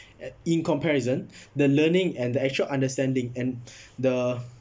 in comparison the learning and the actual understanding and the